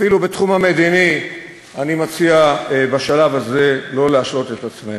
אפילו בתחום המדיני אני מציע בשלב הזה לא להשלות את עצמנו.